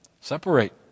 Separate